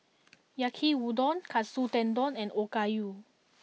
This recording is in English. Yaki udon Katsu Tendon and Okayu